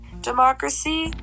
democracy